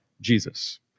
Jesus